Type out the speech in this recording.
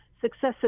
Successive